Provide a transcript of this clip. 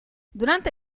durante